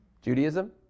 Judaism